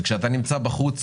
כאשר אתה נמצא בחוץ,